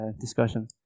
discussion